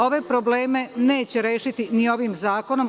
Ove probleme neće rešiti ni ovim zakonom.